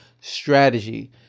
strategy